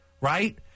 right